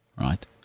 Right